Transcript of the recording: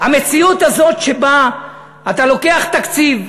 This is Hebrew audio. המציאות הזאת שבה אתה לוקח תקציב,